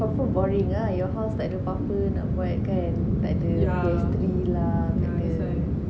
confirm boring lah your house takde pape nak buat kan takde P_S three lah takde